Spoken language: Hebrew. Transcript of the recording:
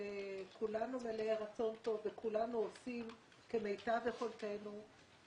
כולנו מלאי רצון טוב וכולנו עושים כמיטב יכולתנו,